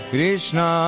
Krishna